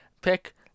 pick